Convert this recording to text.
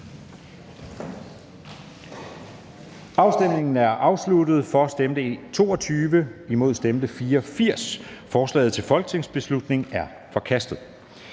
Fonseca (UFG)), hverken for eller imod stemte 0. Forslaget til folketingsbeslutning er forkastet.